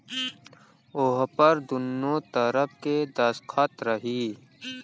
ओहपर दुन्नो तरफ़ के दस्खत रही